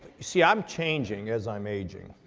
see, i'm changing as i'm aging.